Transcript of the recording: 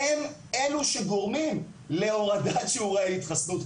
הם אלה שגורמים להורדת שיעורי ההתחסנות,